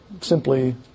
simply